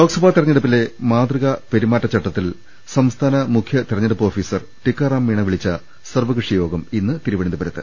ലോക്സഭാ തെരഞ്ഞെടുപ്പിലെ മാതൃകാ പെരുമാറ്റ ചട്ടത്തിൽ സംസ്ഥാന മുഖ്യ തെരഞ്ഞെടുപ്പ് ഓഫീസർ ടിക്കാ റാം മീണ വിളിച്ച സർവകക്ഷിയോഗം ഇന്നു തിരുവനന്തപുരത്ത്